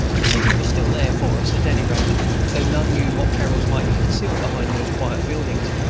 the city was still there for us, at any rate though none knew what perils might be concealed behind those quiet buildings.